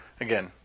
again